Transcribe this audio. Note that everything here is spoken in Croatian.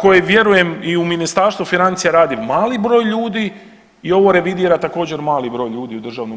koje vjerujem i u Ministarstvu financija radi mali broj ljudi i ovo revidira također mali broj ljudi u DRU.